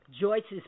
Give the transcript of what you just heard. Joyce's